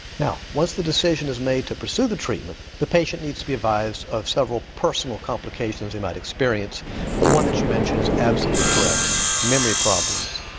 now once the decision is made to pursue the treatment the patient needs to be advised of several personal complications they might experience the one that you mention is absolutely correct memory problems.